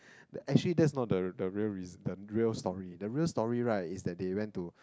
actually that's not the the real reaso~ the real story the real story right is that they went to